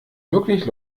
wirklich